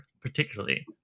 particularly